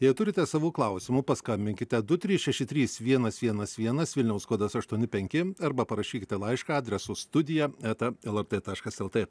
jei turite savų klausimų paskambinkite du trys šeši trys vienas vienas vienas vilniaus kodas aštuoni penki arba parašykite laišką adresu studija eta lrt taškas lt